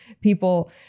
people